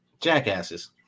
Jackasses